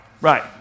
Right